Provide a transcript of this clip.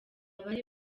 bari